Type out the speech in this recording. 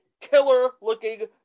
killer-looking